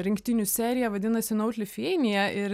rinktinių serija vadinasi naut lithuania ir